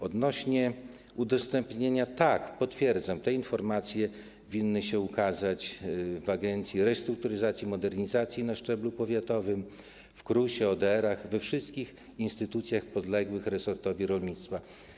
Odnośnie do udostępnienia, to tak, potwierdzam, że te informacje powinny się ukazać w Agencji Restrukturyzacji i Modernizacji Rolnictwa na szczeblu powiatowym, w KRUS-ie, w ODR-ach, we wszystkich instytucjach podległych resortowi rolnictwa.